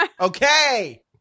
Okay